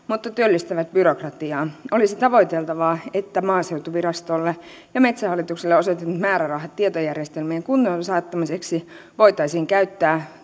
mutta työllistävät byrokratiaa olisi tavoiteltavaa että maaseutuvirastolle ja metsähallitukselle osoitetut määrärahat tietojärjestelmien kuntoon saattamiseksi voitaisiin käyttää